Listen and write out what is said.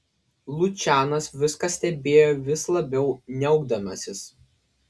lučianas viską stebėjo vis labiau niaukdamasis